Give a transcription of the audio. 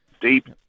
deep